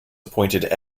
appointed